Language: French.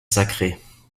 sacrées